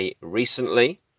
recently